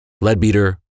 Leadbeater